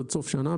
עד סוף שנה,